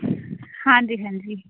ਹਾਂਜੀ ਹਾਂਜੀ